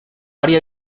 área